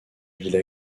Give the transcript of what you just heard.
ville